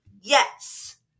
Yes